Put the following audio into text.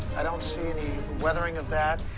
i don't see any weathering of that.